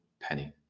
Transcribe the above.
penny